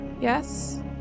Yes